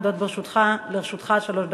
עומדות לרשותך שלוש דקות.